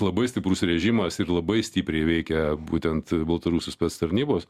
labai stiprus režimas ir labai stipriai veikia būtent baltarusus pats tarnybos